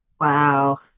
Wow